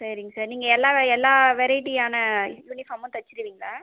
சரிங்க சார் நீங்கள் எல்லா வெ எல்லா வெரைட்டியான யூனிஃபார்மும் தைச்சுடுவீங்களா